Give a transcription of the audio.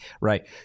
Right